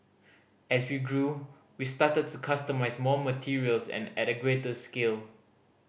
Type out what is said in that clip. as we grew we started to customise more materials and at greater scale